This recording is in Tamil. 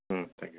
ம் தேங்க் யூ சார்